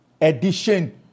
edition